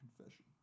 confession